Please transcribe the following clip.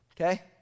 okay